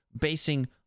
basing